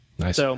Nice